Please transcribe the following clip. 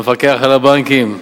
למפקח על הבנקים,